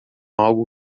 algo